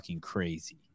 crazy